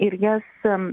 ir jas